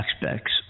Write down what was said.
aspects